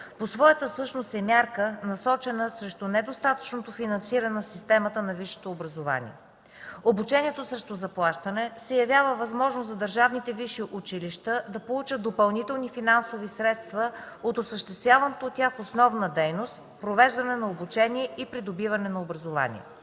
по своята същност е мярка, насочена срещу недостатъчното финансиране на системата на висшето образование. Обучението срещу заплащане се явява възможност за държавните висши училища да получат допълнителни финансови средства от осъществяваната от тях основна дейност – провеждане на обучение и придобиване на образование.